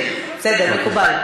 בסדר, מקובל.